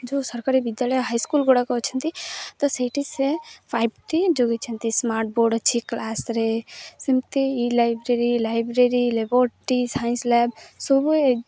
ଯେଉଁ ସରକାରୀ ବିଦ୍ୟାଳୟ ହାଇ ସ୍କୁଲ୍ ଗୁଡ଼ାକ ଅଛନ୍ତି ତ ସେଇଠି ସେ ଫାଇପ୍ଟି ଯୋଗେଇଛନ୍ତି ସ୍ମାର୍ଟ ବୋର୍ଡ଼ ଅଛି କ୍ଲାସ୍ରେ ସେମିତି ଇ library library laboratory science lab ସବୁ